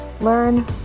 Learn